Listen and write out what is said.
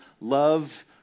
love